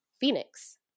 Phoenix